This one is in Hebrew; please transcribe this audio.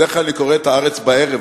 בדרך כלל אני קורא את "הארץ" בערב,